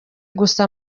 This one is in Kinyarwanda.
gusa